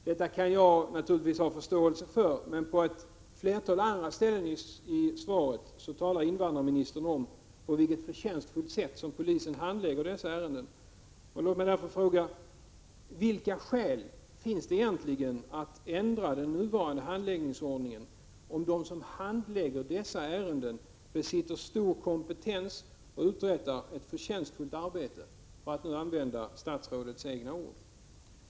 Detta kan jag naturligtvis ha förståelse för. Men på ett flertal andra ställen i svaret talar invandrarministern om på vilket förtjänstfullt sätt polisen handlägger dessa ärenden. Låt mig därför fråga: Vilka skäl finns det egentligen att ändra den nuvarande handläggningsordningen, om de som handlägger dessa ärenden ”besitter stor kompetens” och ”uträttar ett förtjänstfullt arbete” — för att nu använda statsrådets egna ord?